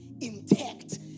intact